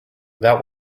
that